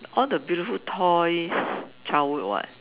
all the beautiful toys childhood [what]